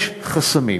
יש חסמים